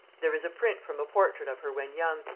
there is a print from a portrait of her when young,